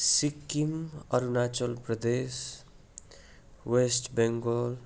Sikkim Arunachal Pradesh West Bengal